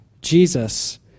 Jesus